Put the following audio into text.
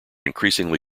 increasingly